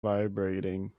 vibrating